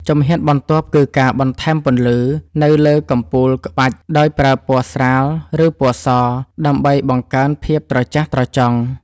ជំហានបន្ទាប់គឺការបន្ថែមពន្លឺ នៅលើកំពូលក្បាច់ដោយប្រើពណ៌ស្រាល ឬពណ៌ស ដើម្បីបង្កើនភាពត្រចះត្រចង់។